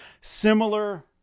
similar